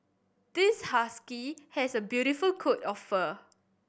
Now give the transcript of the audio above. this husky has a beautiful coat of fur